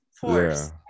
force